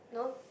nope